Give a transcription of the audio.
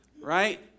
right